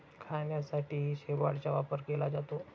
खाण्यासाठीही शेवाळाचा वापर केला जातो